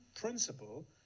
principle